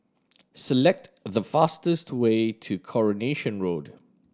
select the fastest way to Coronation Road